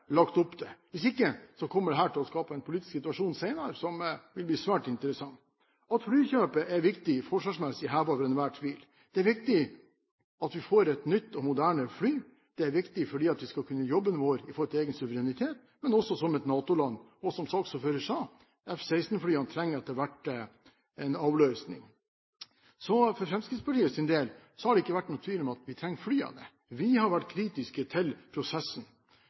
Hvis ikke kommer dette til å skape en politisk situasjon senere som vil bli svært interessant. At flykjøpet er viktig forsvarsmessig, er hevet over enhver tvil. Det er viktig at vi får et nytt og moderne fly. Det er viktig for at vi skal kunne gjøre jobben vår med hensyn til egen suverenitet, men også som et NATO-land. Og som saksordføreren sa, F-16-flyene trenger etter hvert avløsning. For Fremskrittspartiets del har det ikke vært noen tvil om at vi trenger flyene. Vi har vært kritiske til prosessen.